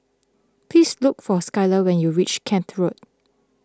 please look for Skyler when you reach Kent Road